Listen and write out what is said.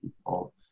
people